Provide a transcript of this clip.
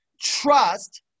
trust